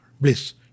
bliss